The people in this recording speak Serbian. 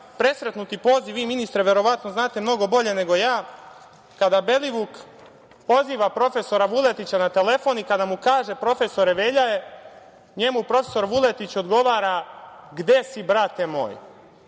presretnuti poziv, vi ministre verovatno znate mnogo bolje nego ja, kada Belivuk poziva profesora Vuletića na telefon i kada mu kaže: „profesore, Velja je“, njemu profesor Vuletić odgovara: „gde si brate moj“.